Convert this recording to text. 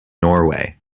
norway